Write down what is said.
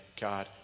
God